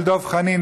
של דב חנין,